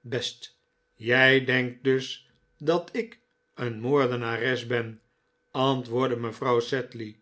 best jij denkt dus dat ik een moordenares ben antwoordde mevrouw sedley